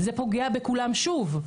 זה פוגע בכולם שוב.